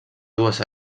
dues